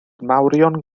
mawrion